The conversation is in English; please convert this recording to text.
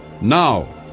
now